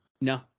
No